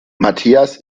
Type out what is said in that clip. matthias